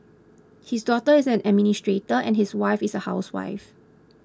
his daughter is an administrator and his wife is a housewife